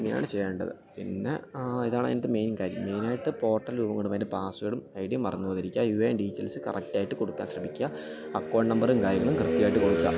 ഇങ്ങനെയാണു ചെയ്യേണ്ടത് പിന്നെ ഇതാണതിൻ്റെ മെയിൻ കാര്യം മെയിനായിട്ട് പോർട്ടൽ രൂപം കൊള്ളുമ്പോള് അതിൻ്റെ പാസ്വേർഡും ഐ ഡിയും മറന്നുപോകാതിരിക്കുക യു എ എൻ ഡീറ്റെയിൽസ് കറക്റ്റായിട്ട് കൊടുക്കാൻ ശ്രമിക്കുക അക്കൗണ്ട് നമ്പറും കാര്യങ്ങളും കൃത്യമായിട്ടു കൊടുക്കുക